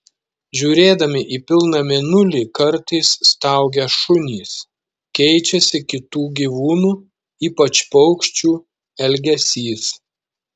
žiūrėdami į pilną mėnulį kartais staugia šunys keičiasi kitų gyvūnų ypač paukščių elgesys